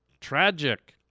tragic